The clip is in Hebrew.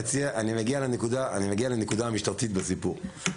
מגיע לנקודה המשטרתית בסיפור.